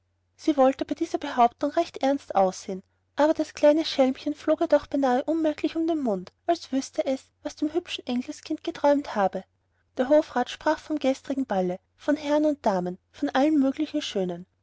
sie wollte bei dieser behauptung recht ernst aussehen aber das kleine schelmchen flog ihr doch beinahe unmerklich um den mund als wüßte es was dem hübschen engelskind geträumt habe der hofrat sprach vom gestrigen ball von herren und damen von allen möglichen schönen